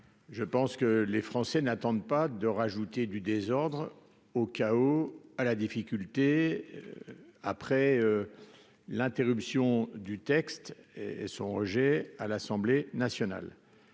je pense que les Français n'attendent pas de rajouter du désordre au chaos à la difficulté après l'interruption du texte et et songer à l'Assemblée nationale,